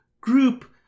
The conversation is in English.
group